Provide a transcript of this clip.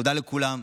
תודה לכולם.